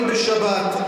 המזנונים יעבדו בשבת?